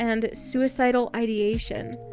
and suicidal ideation.